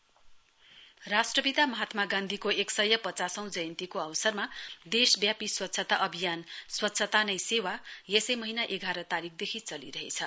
स्वच्छता श्रमदान राष्ट्रपिता महात्मा गान्धीको एक सय पचासौं जयन्तीको अवसरमा देशव्यापी स्वच्छता अभियान स्वच्छता नै सेवा यसै महीना एघार तारीकदेखि चलिरहेछ